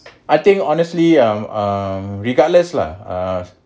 I think honestly um err regardless lah err